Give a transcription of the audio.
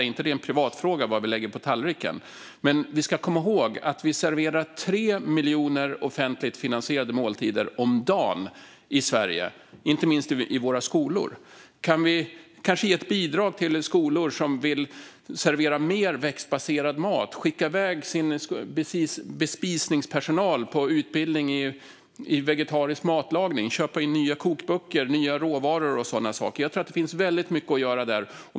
Är det inte en privat fråga vad vi lägger på tallriken? Men vi ska komma ihåg att det i Sverige serveras 3 miljoner offentligt finansierade måltider om dagen, inte minst i våra skolor. Kan vi kanske ge ett bidrag till skolor som vill servera mer växtbaserad mat så att de kan skicka bespisningspersonalen på utbildning i vegetarisk matlagning, köpa in nya kokböcker och nya råvaror och sådana saker? Jag tror att det finns väldigt mycket att göra där.